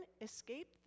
escape